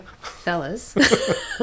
Fellas